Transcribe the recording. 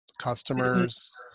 customers